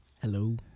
Hello